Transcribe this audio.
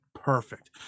perfect